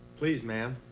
pleased, ma'am.